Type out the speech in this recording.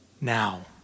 now